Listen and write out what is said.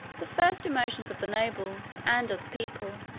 the first emotions of the nobles, and of the people,